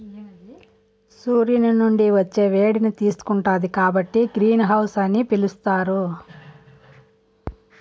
సూర్యుని నుండి వచ్చే వేడిని తీసుకుంటాది కాబట్టి గ్రీన్ హౌస్ అని పిలుత్తారు